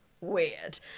weird